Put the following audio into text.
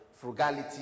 frugality